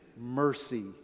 Mercy